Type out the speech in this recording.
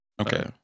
Okay